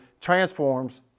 transforms